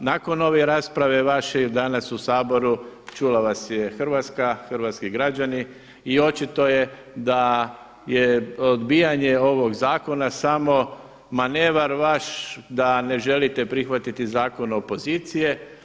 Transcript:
A nakon ove rasprave vaše danas u Saboru čula vas je Hrvatska, hrvatski građani i očito je da je odbijanje ovog zakona samo manevar vaš da ne želite prihvatiti zakon opozicije.